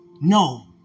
No